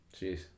jeez